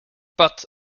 but